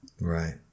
Right